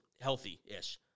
Healthy-ish